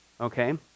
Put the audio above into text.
okay